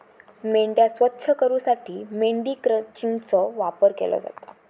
मेंढ्या स्वच्छ करूसाठी मेंढी क्रचिंगचो वापर केलो जाता